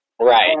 right